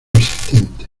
asistentes